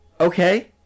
Okay